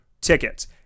tickets